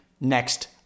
next